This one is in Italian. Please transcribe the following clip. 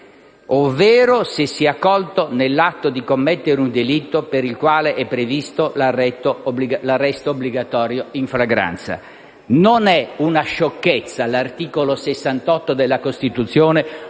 ovvero se sia colto nell'atto di commettere un delitto per il quale è previsto l'arresto obbligatorio in flagranza (...)». L'articolo 68 della Costituzione